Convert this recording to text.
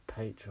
Patreon